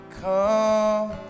come